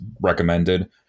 recommended